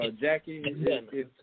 Jackie